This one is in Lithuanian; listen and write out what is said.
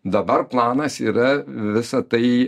dabar planas yra visa tai